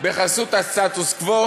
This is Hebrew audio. בחסות הסטטוס-קוו